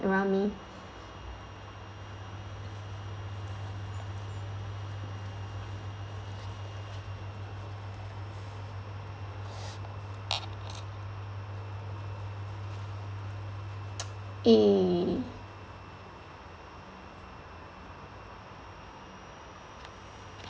around me eh